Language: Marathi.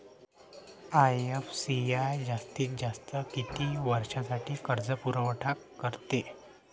आय.एफ.सी.आय जास्तीत जास्त किती वर्षासाठी कर्जपुरवठा करते?